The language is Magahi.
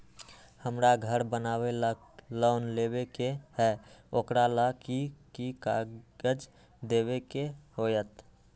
हमरा घर बनाबे ला लोन लेबे के है, ओकरा ला कि कि काग़ज देबे के होयत?